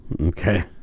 okay